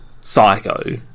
Psycho